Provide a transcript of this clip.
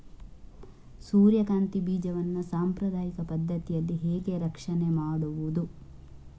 ಸೂರ್ಯಕಾಂತಿ ಬೀಜವನ್ನ ಸಾಂಪ್ರದಾಯಿಕ ಪದ್ಧತಿಯಲ್ಲಿ ಹೇಗೆ ರಕ್ಷಣೆ ಮಾಡುವುದು